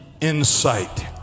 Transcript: insight